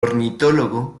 ornitólogo